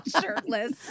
shirtless